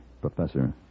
professor